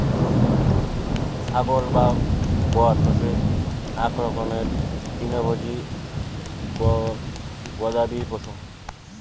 ছাগল বা গোট হসে আক রকমের তৃণভোজী গবাদি পশু